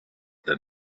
than